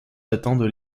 datant